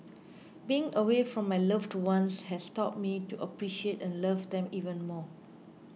being away from my loved ones has taught me to appreciate and love them even more